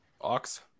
Ox